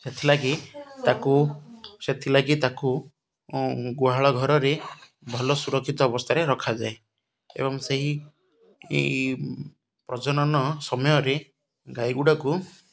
ସେଥିଲାଗି ତାକୁ ସେଥିଲାଗି ତାକୁ ଗୁହାଳ ଘରରେ ଭଲ ସୁରକ୍ଷିତ ଅବସ୍ଥାରେ ରଖାଯାଏ ଏବଂ ସେହି ପ୍ରଜନନ ସମୟରେ ଗାଈଗୁଡ଼ାକୁ